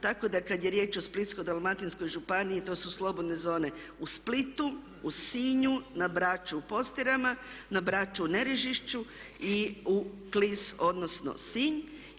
Tako da kad je riječ o Splitsko-dalmatinskoj županiji to su slobodne zone u Splitu, u Sinju, na Braču u Postirama, na Braču u Nerežišću i u Klis odnosno Sinj.